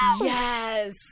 Yes